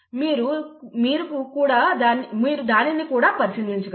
మీరు కూడా దానిని పరిశీలించగలరు